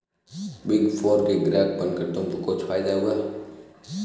Big four के ग्राहक बनकर तुमको कुछ फायदा हुआ?